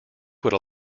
would